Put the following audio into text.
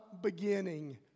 beginning